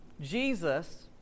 Jesus